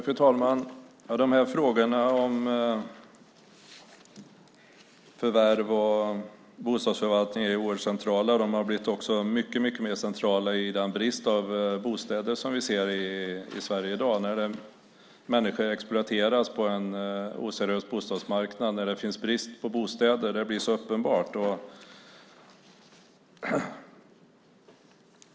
Fru talman! Frågorna om förvärv och bostadsförvaltning är oerhört centrala. De har blivit också mycket mer centrala på grund av den brist på bostäder som vi ser i Sverige i dag. Människor exploateras på en oseriös bostadsmarknad. När det finns brist på bostäder blir det så uppenbart.